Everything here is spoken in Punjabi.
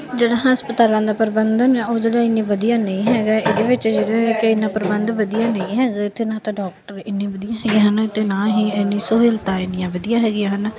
ਜਿਹੜਾ ਹਸਪਤਾਲਾਂ ਦਾ ਪ੍ਰਬੰਧਨ ਹੈ ਉਹ ਜਿਹੜਾ ਇੰਨਾ ਵਧੀਆ ਨਹੀਂ ਹੈਗਾ ਇਹਦੇ ਵਿੱਚ ਜਿਹੜਾ ਕਿ ਇੰਨਾ ਪ੍ਰਬੰਧ ਵਧੀਆ ਨਹੀਂ ਹੈਗਾ ਇੱਥੇ ਨਾ ਤਾਂ ਡੋਕਟਰ ਇੰਨੇ ਵਧੀਆ ਹੈਗੇ ਹੈ ਨਾ ਅਤੇ ਨਾ ਹੀ ਇੰਨੀਆਂ ਸਹੂਲਤਾਂ ਇੰਨੀਆਂ ਵਧੀਆ ਹੈਗੀਆਂ ਹਨ